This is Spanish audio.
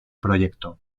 proyecto